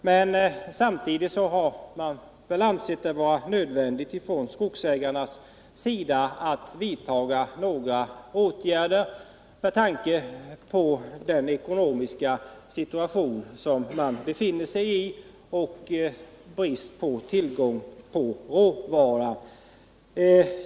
Men Skogsägarna har väl ansett det nödvändigt att vidta åtgärder med tanke på den ekonomiska situation som de befinner sig i och den bristande tillgången på råvara.